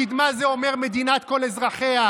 קדמה זה אומר מדינת כל אזרחיה.